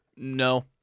No